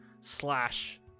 slash